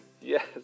Yes